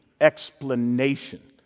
explanation